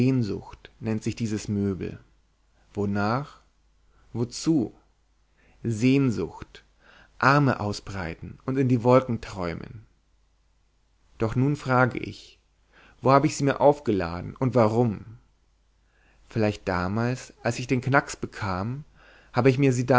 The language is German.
nennt sich dieses möbel wonach wozu sehnsucht arme ausbreiten und in die wolken träumen doch nun frage ich wo habe ich sie mir aufgeladen und warum vielleicht damals als ich den knacks bekam habe ich sie